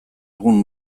egun